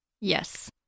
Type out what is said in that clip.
Yes